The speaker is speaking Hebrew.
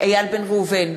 איל בן ראובן,